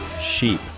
sheep